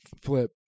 Flip